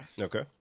Okay